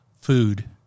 food